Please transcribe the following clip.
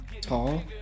tall